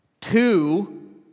Two